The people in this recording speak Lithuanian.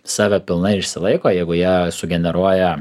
save pilnai išsilaiko jeigu jie sugeneruoja